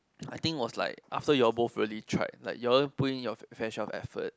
I think was like after you all both really tried like you all put in your very fair share of effort